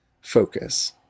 focus